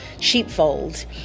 sheepfold